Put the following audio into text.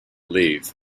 leave